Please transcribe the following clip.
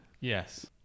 Yes